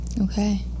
okay